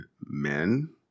men